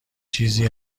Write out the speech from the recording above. چیزی